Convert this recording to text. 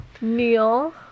Neil